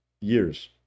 years